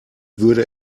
würde